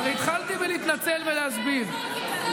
הרי התחלתי להתנצל ולהסביר.